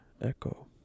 Echo